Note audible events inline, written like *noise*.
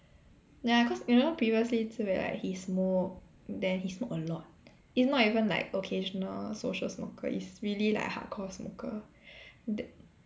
ya cause you know previously Zi Wei like he smoke then he smoke a lot it's not even like occasional social smoker is really like hardcore smoker *breath* t~